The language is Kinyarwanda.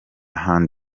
hand